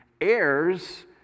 heirs